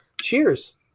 Cheers